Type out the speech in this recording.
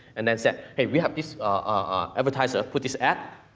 and then said, hey, we have this ah advertiser put this ad,